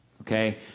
Okay